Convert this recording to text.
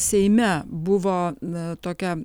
seime buvo tokia